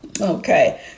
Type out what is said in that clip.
Okay